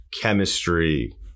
chemistry